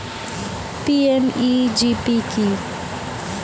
PMEGP কি?